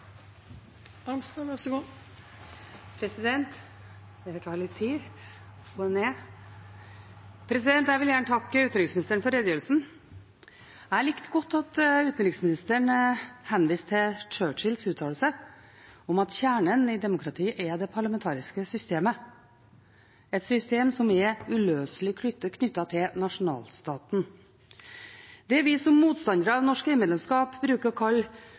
Jeg vil gjerne takke utenriksministeren for redegjørelsen. Jeg likte godt at utenriksministeren henviste til Churchills uttalelse om at kjernen i demokratiet er det parlamentariske systemet, et system som er uløselig knyttet til nasjonalstaten. Det vi som er motstandere av norsk EU-medlemskap, bruker å kalle